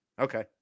Okay